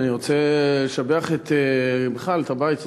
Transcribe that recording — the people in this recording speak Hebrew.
אני רוצה לשבח את הבית הזה,